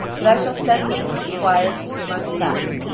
but i shall send one of my squires who can run fast,